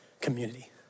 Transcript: community